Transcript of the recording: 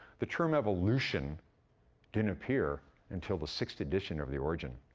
the term evolution didn't appear until the sixth edition of the origin.